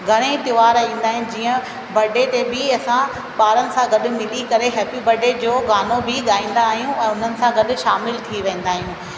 घणेई त्योहार ईंदा आहिनि जीअं बर्डे ते बि असां ॿारनि सां मिली करे हैपी बर्डे जो गानो बि ॻाईंदा आहियूं ऐं हुननि सां गॾु शामिल थी वेंदा आहियूं